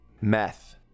Meth